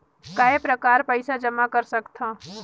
काय प्रकार पईसा जमा कर सकथव?